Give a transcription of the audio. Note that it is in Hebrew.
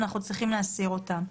אנחנו צריכים להסיר אותן.